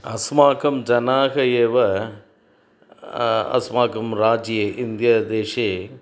अस्माकं जनाः एव अस्माकं राज्ये इन्दिया देशे